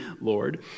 Lord